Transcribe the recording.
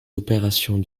opérations